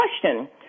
question